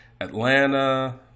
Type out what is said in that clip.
Atlanta